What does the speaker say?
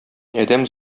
адәм